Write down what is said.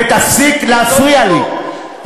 ותפסיק להפריע לי.